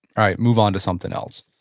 right. move onto something else.